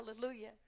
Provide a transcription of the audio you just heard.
hallelujah